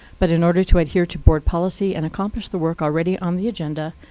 but in order to adhere to board policy and accomplish the work already on the agenda,